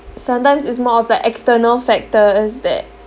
sometimes it's more of like external factors that